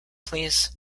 please